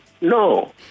No